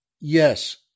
yes